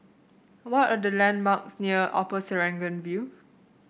what are the landmarks near Upper Serangoon View